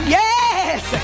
yes